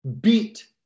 beat